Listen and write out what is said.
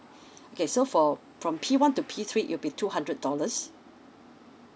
okay so for from P one to P three it will be two hundred dollars